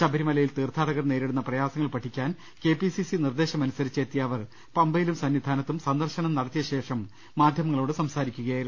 ശബരിമലയിൽ തീർത്ഥാടകർ നേരിടുന്ന പ്രയാസങ്ങൾ പഠിക്കാൻ കെ പി സിസി നിർദ്ദേശമനുസരിച്ച് എത്തിയ അവർ പമ്പയിലും സന്നിധാനത്തും സന്ദർശനം നടത്തി യശേഷം മാധൃമങ്ങളോട് സംസാരിക്കുകയായിരുന്നു